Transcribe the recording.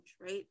right